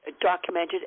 documented